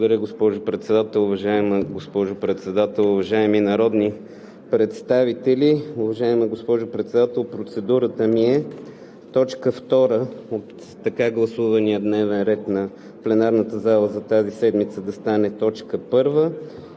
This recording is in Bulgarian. Уважаема госпожо Председател, уважаеми народни представители! Уважаема госпожо Председател, процедурата ми е: точка втора от така гласувания дневен ред в пленарната зала за тази седмица да стане точка